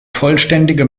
vollständige